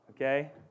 Okay